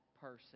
person